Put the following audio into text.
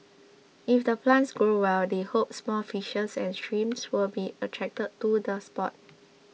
if the plants grow well they hope small fishes and shrimps will be attracted to the spot